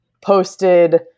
posted